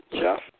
Jeff